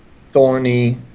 thorny